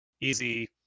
easy